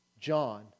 John